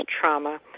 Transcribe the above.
trauma